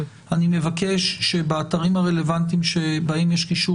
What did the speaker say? אני מבקש שבאתרים הרלוונטיים שבהם יש קישור